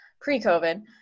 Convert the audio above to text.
pre-COVID